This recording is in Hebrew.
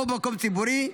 או במקום ציבורי,